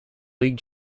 league